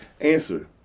answer